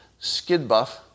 skidbuff